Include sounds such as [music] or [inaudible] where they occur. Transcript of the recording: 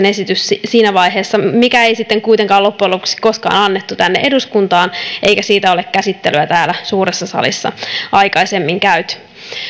[unintelligible] esitys siinä vaiheessa lähestulkoon hallituksen esitys mitä ei sitten kuitenkaan loppujen lopuksi koskaan annettu tänne eduskuntaan eikä siitä ole keskustelua täällä suuressa salissa aikaisemmin käyty